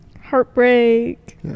heartbreak